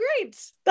great